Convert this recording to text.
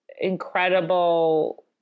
incredible